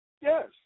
Yes